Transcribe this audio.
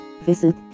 visit